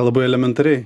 labai elementariai